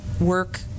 work